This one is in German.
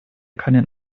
keinen